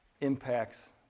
impacts